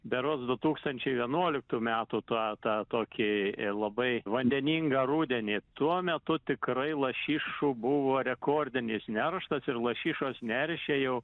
berods du tūkstančiai vienuoliktų metų tą tą tokį labai vandeningą rudenį tuo metu tikrai lašišų buvo rekordinis nerštas ir lašišos neršė jau